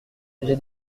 j’ai